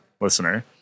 listener